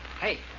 Hey